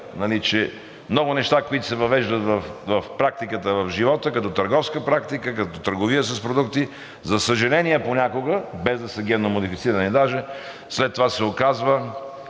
Много неща, които се въвеждат в практиката, в живота, като търговска практика, като търговия с продукти, за съжаление, понякога, без да са генномодифицирани даже, след това се оказва,